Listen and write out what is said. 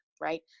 right